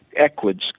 equids